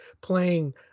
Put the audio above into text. playing